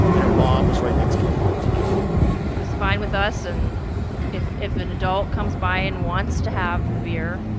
and her mom was right next to her the whole time it's fine with us. and if if an adult comes by and wants to have the beer,